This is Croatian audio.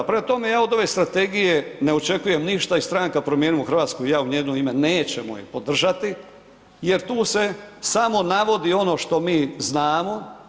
Prema tome ja od ove strategije ne očekujem ništa i stranka Promijenimo Hrvatsku i ja u njeno ime nećemo je podržati jer tu se samo navodi ono što mi znamo.